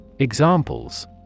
Examples